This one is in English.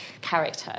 character